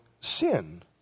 sin